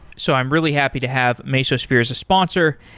so i'm really happy to have mesosphere as a sponsor,